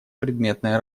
предметной